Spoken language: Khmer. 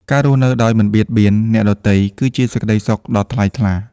ការរៀនរស់នៅដោយមិនបៀតបៀនអ្នកដទៃ គឺជាសេចក្ដីសុខដ៏ថ្លៃថ្លា។